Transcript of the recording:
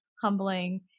humbling